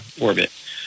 orbit